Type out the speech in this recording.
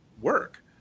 work